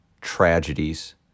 tragedies